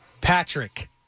Patrick